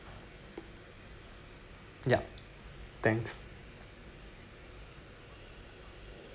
yup thanks